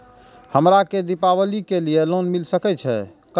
हमरा के दीपावली के लीऐ लोन मिल सके छे?